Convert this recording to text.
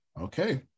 okay